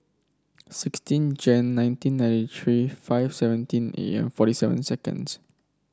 sixteen Jan nineteen ninety three five seventeen A M forty seven seconds